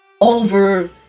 over